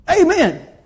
Amen